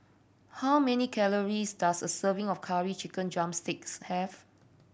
how many calories does a serving of Curry Chicken drumsticks have